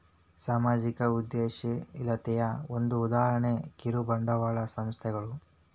ಸಾಮಾಜಿಕ ಉದ್ಯಮಶೇಲತೆಯ ಒಂದ ಉದಾಹರಣೆ ಕಿರುಬಂಡವಾಳ ಸಂಸ್ಥೆಗಳು